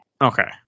Okay